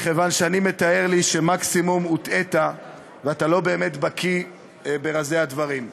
מכיוון שאני מתאר לעצמי שמקסימום הוטעית ואתה לא באמת בקי ברזי הדברים.